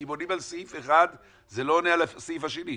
כי אם עונים על סעיף אחד זה לא עונה על הסעיף השני.